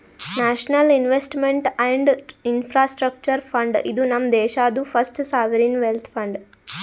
national investment and infrastructure fund, ಇದು ನಮ್ ದೇಶಾದು ಫಸ್ಟ್ ಸಾವರಿನ್ ವೆಲ್ತ್ ಫಂಡ್